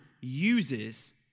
uses